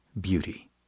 beauty